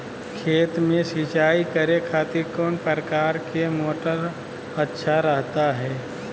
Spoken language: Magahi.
खेत में सिंचाई करे खातिर कौन प्रकार के मोटर अच्छा रहता हय?